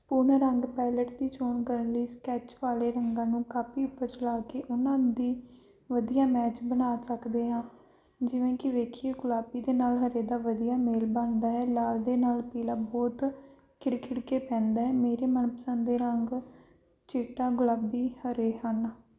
ਉਹਨਾਂ ਰੰਗ ਪਾਇਲਟ ਦੀ ਚੋਣ ਕਰਨ ਲਈ ਸਕੈਚ ਵਾਲੇ ਰੰਗਾਂ ਨੂੰ ਕਾਪੀ ਉੱਪਰ ਚਲਾ ਕੇ ਉਹਨਾਂ ਦੀ ਵਧੀਆ ਮੈਚ ਬਣਾ ਸਕਦੇ ਹਾਂ ਜਿਵੇਂ ਕਿ ਵੇਖੀਏ ਗੁਲਾਬੀ ਦੇ ਨਾਲ਼ ਹਰੇ ਦਾ ਵਧੀਆ ਮੇਲ ਬਣਦਾ ਹੈ ਲਾਲ ਦੇ ਨਾਲ਼ ਪੀਲਾ ਬਹੁਤ ਖਿੜ ਖਿੜ ਕੇ ਪੈਂਦਾ ਹੈ ਮੇਰੇ ਮਨਪਸੰਦ ਦੇ ਰੰਗ ਚਿੱਟਾ ਗੁਲਾਬੀ ਹਰੇ ਹਨ